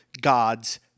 God's